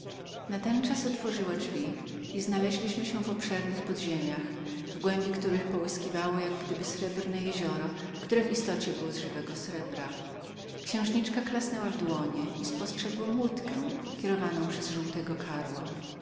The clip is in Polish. za nią natenczas otworzyła drzwi i znaleźliśmy się w obsernychobszernych podziemiach w głębi których połyskiwało jak gdyby srebrne jezioro które w istocie było z żywego srebra księżniczka klasnęła w dłonie i spostrzegłem łódkę kierowaną przez żółtego karła